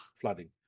flooding